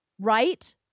Right